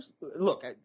look